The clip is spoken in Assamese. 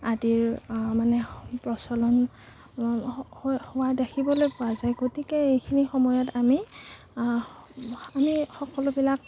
আদিৰ মানে প্ৰচলন হোৱা হোৱা দেখিবলৈ পোৱা যায় গতিকে এইখিনি সময়ত আমি আমি সকলোবিলাক